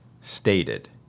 stated